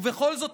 ובכל זאת,